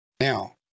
Now